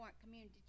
Community